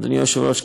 אדוני היושב-ראש,